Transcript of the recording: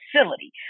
facility